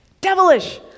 Devilish